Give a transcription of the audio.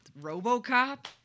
RoboCop